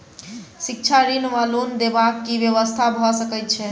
शिक्षा ऋण वा लोन देबाक की व्यवस्था भऽ सकै छै?